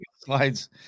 slides